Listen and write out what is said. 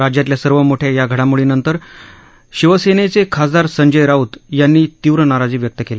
राज्यातल्या सर्वात मोठ्या या घडामोडीनंतर शिवसेनेचे खासदार संजय राऊत यांनी तीव्र नाराजी व्यक्त केली